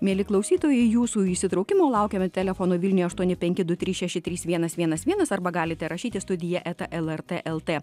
mieli klausytojai jūsų įsitraukimo laukiame telefonu vilniuje aštuoni penki du trys šeši trys vienas vienas arba galite rašyt į studija eta lrt el ta